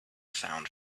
sound